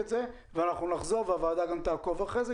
אבל אנחנו בהחלט מטפלים בזה והוועדה גם תעקוב אחרי זה,